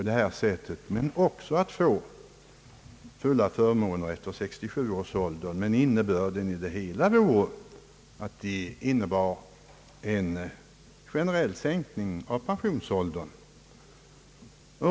De skulle också få fulla förmåner efter 67 års ålder. Innebörden av det hela skulle dock vara en generell sänkning av pensionsåldern.